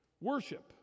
Worship